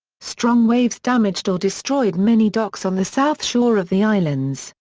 strong waves damaged or destroyed many docks on the south shore of the islands,